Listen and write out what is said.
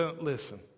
listen